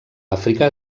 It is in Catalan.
àfrica